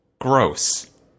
gross